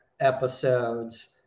episodes